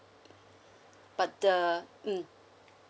but the mm